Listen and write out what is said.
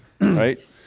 Right